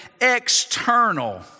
external